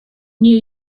new